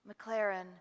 McLaren